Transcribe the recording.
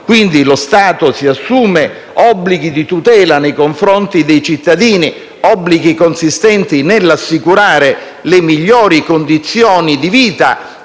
Lo Stato si assume quindi obblighi di tutela nei confronti dei cittadini, consistenti nell'assicurare le migliori condizioni di vita,